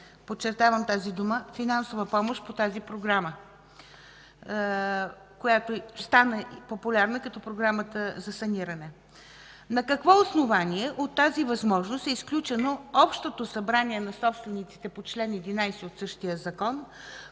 подчертавам тази дума, финансова помощ по тази програма, която стана популярна като Програмата за саниране? На какво основание от тази възможност е изключено Общото събрание на собствениците по чл. 11 от същия Закон,